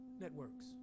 networks